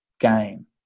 game